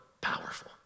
powerful